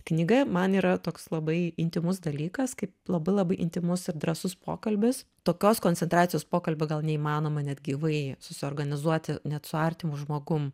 knyga man yra toks labai intymus dalykas kaip labai labai intymus ir drąsus pokalbis tokios koncentracijos pokalbio gal neįmanoma net gyvai susiorganizuoti net su artimu žmogum